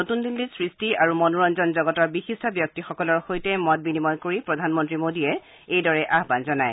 নতুন দিল্লীত কালি সৃষ্টি আৰু মনোৰঞ্জন জগতৰ বিশিষ্ট ব্যক্তিসকলৰ সৈতে মত বিনিময় কৰি প্ৰধানমন্তী মোডীয়ে এইদৰে আয়ান জনায়